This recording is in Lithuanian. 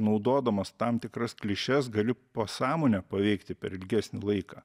naudodamas tam tikras klišes gali pasąmonę paveikti per ilgesnį laiką